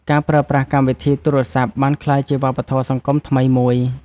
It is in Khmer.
ការប្រើប្រាស់កម្មវិធីទូរសព្ទ បានក្លាយជាវប្បធម៌សង្គមថ្មីមួយ។